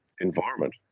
environment